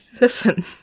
Listen